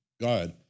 God